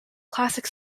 classic